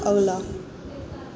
अगला